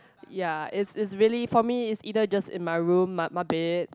ya it's it's really for me is either just in my room my my bed